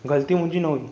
ग़लती मुंहिंजी न हुई